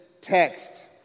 text